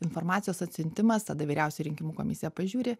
informacijos atsiuntimas tada vyriausioji rinkimų komisija pažiūri